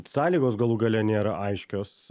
sąlygos galų gale nėra aiškios